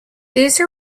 these